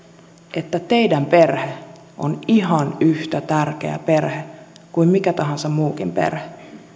että teidän perhe on ihan yhtä tärkeä perhe kuin mikä tahansa muukin perhe